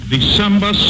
December